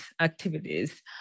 activities